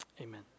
amen